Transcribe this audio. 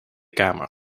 kamer